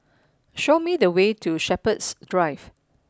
show me the way to Shepherds Drive